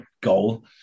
goal